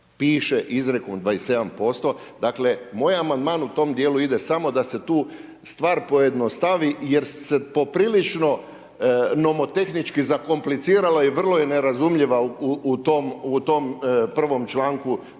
Piše izrekom 27%, dakle moj amandman u tom dijelu ide samo da se tu stvar pojednostavi jer se poprilično nomotehnički zakomplicirala i vrlo je nerazumljiva u tom 1., članku